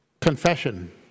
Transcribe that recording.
Confession